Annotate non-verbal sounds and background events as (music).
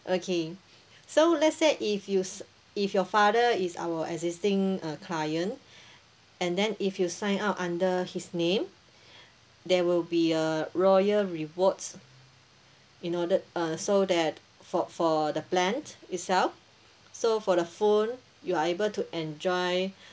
okay so let's say if you s~ if your father is our existing uh client (breath) and then if you sign up under his name (breath) there will be a royal rewards in order uh so that for for the plan itself so for the phone you are able to enjoy